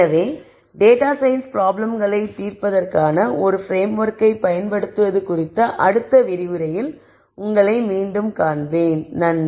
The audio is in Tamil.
எனவே டேட்டா சயின்ஸ் ப்ராப்ளம்கலை தீர்ப்பதற்கான ஒரு பிரேம்ஒர்க்கை பயன்படுத்துவது குறித்த அடுத்த விரிவுரையில் உங்களை மீண்டும் காண்பேன்